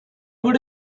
good